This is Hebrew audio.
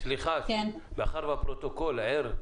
מאחר והפרוטוקול ער,